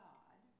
God